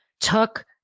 took